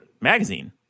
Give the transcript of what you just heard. magazine